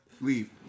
Leave